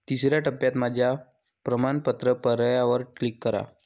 तिसर्या टप्प्यात माझ्या प्रमाणपत्र पर्यायावर क्लिक करा